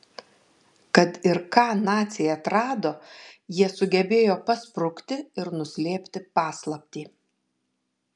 kad ir ką naciai atrado jie sugebėjo pasprukti ir nuslėpti paslaptį